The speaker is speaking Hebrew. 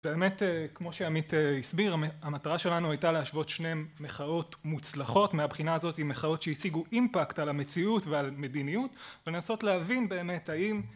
באמת כמו שעמית הסביר, המטרה שלנו הייתה להשוות שני מחאות מוצלחות, מהבחינה הזאת עם מחאות שהשיגו אימפקט על המציאות ועל מדיניות, ולנסות להבין באמת האם